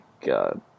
God